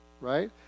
right